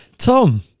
Tom